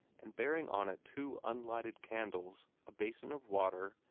and bearing on it two unlighted candles, a basin of water,